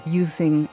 using